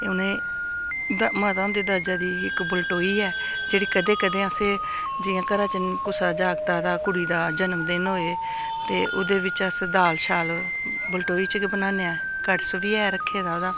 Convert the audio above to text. उ'नें माता होंदे दाजा दी इक बलटोई ऐ जेह्ड़ी कदें कदें असें जियां घरै च कुसै जागता दा कुड़ी दा जनमदिन होए ते ओह्दे बिच्च अस दाल शाल बलटोई च गै बनाने आं कड़छ बी ऐ रक्खे दा ओह्दा